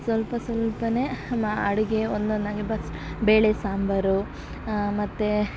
ಸ್ವಲ್ಪ ಸ್ವಲ್ಪನೇ ಅಡುಗೆ ಒಂದೊಂದಾಗೆ ಬೇಳೆ ಸಾಂಬಾರು ಮತ್ತೆ